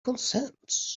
consents